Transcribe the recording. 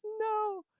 no